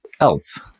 else